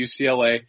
UCLA